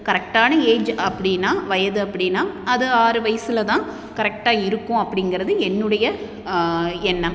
கரெக்டான ஏஜ் அப்படின்னா வயது அப்படின்னா அது ஆறு வயதில் தான் கரெக்ட்டாக இருக்கும் அப்படிங்குறது என்னுடைய எண்ணம்